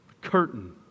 Curtain